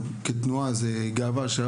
אדוני שעוד דקה יהיה יושב-ראש.